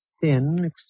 Thin